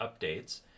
Updates